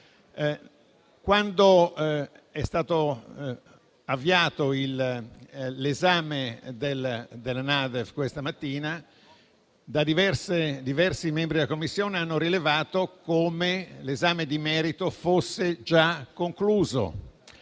Quando è stato avviato l'esame della NADEF questa mattina, diversi membri della Commissione hanno rilevato come l'esame di merito fosse già concluso